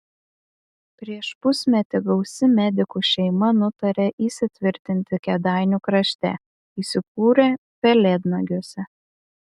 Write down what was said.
prieš pusmetį gausi medikų šeima nutarė įsitvirtinti kėdainių krašte įsikūrė pelėdnagiuose